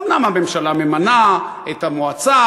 אומנם הממשלה ממנה את המועצה,